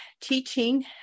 teaching